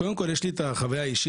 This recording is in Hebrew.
קודם כל יש לי את החוויה האישית.